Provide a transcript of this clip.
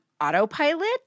autopilot